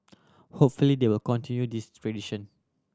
hopefully they will continue this tradition